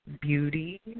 beauty